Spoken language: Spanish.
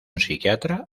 psiquiatra